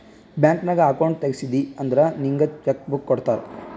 bank ನಾಗ್ account ತೆಗ್ಸಿದಿ ಅಂದುರ್ ನಿಂಗ್ ಚೆಕ್ ಬುಕ್ ಕೊಡ್ತಾರ್